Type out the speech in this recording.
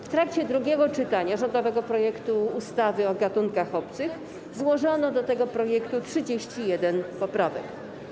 W trakcie drugiego czytania rządowego projektu ustawy o gatunkach obcych złożono do tego projektu 31 poprawek.